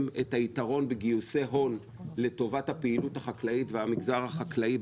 את היתרון בגיוסי הון לטובת הפעילות החקלאית והמגזר החקלאי,